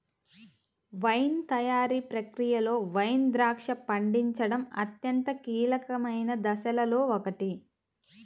wine తయారీ ప్రక్రియలో wine ద్రాక్ష పండించడం అత్యంత కీలకమైన దశలలో ఒకటి